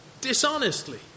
dishonestly